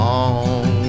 Long